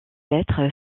lettres